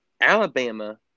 Alabama